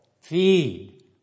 feed